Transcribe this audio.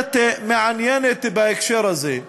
מעניינת בהקשר הזה היא